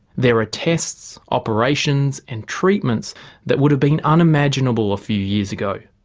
there are tests, operations and treatments that would have been unimaginable a few years ago.